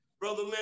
Brother